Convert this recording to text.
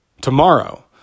Tomorrow